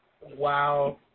Wow